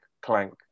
clank